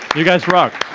you guys rock.